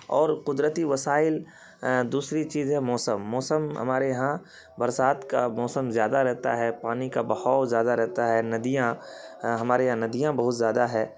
اور قدرتی وسائل دوسری چیز ہے موسم موسم ہمارے یہاں برسات کا موسم زیادہ رہتا ہے پانی کا بہاؤ زیادہ رہتا ہے ندیاں ہمارے یہاں ندیاں بہت زیادہ ہیں